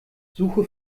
suche